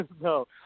no